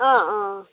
অঁ অঁ